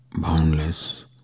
Boundless